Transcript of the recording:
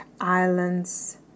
islands